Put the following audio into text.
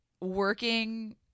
working